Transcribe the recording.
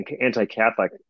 anti-Catholic